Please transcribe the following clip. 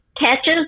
Catches